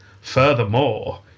Furthermore